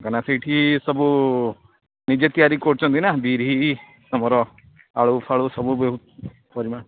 ସେଇଠି ସବୁ ନିଜେ ତିଆରି କରୁଛନ୍ତି ନା ବିରି ଆମର ଆଳୁ ଫାଳୁ ସବୁ ପରିମାଣ